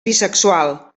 bisexual